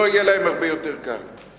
אתם תיסעו בביזנס.